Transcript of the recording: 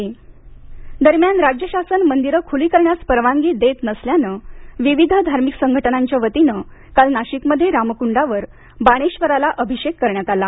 नाशिक दरम्यान राज्य शासन मंदिरं खुली करण्यास परवानगी देत नसल्यानं विविध धार्मिक संघटनांच्या वतीनं काल नाशिकमध्ये रामक्डावर बाणेश्वराला अभिषेक करण्यात आला